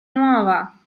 nuova